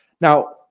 Now